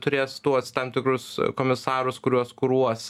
turės tuos tam tikrus komisarus kuriuos kuruos